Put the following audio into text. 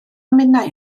minnau